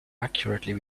accurately